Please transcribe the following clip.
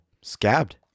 Scabbed